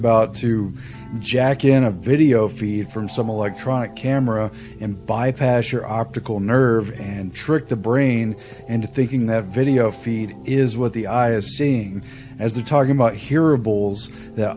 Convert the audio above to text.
about to jack in a video feed from some electronic camera and bypass your optical nerve and trick the brain into thinking that video feed is what the eye is seeing as the talking about he